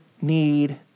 need